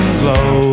glow